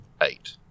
Eight